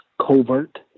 covert